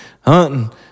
hunting